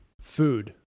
food